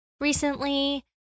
recently